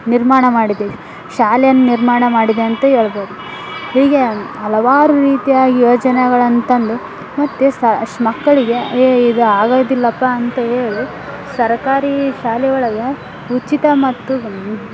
ನಿರ್ಮಾಣ ಮಾಡಿದೆ ಶಾಲೆಯನ್ನು ನಿರ್ಮಾಣ ಮಾಡಿದೆ ಅಂತ ಹೇಳ್ಬೋದು ಹೀಗೇ ಹಲವಾರು ರೀತಿಯಾಗಿ ಯೋಜನೆಗಳನ್ನು ತಂದು ಮತ್ತು ಸಾ ಶ್ ಮಕ್ಕಳಿಗೆ ಏಯ್ ಇದು ಆಗೋದಿಲ್ಲಪ್ಪ ಅಂತ ಹೇಳಿ ಸರ್ಕಾರಿ ಶಾಲೆ ಒಳಗೆ ಉಚಿತ ಮತ್ತು